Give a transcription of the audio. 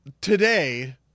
today